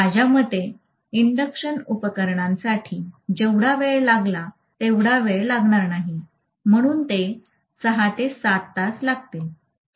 माझ्या मते इंडक्शन उपकरणसाठी जेवढा वेळ लागला तेवढा वेळ लागणार नाही म्हणून ते 6 ते 7 लागतील